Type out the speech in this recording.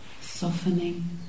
softening